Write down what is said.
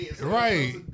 Right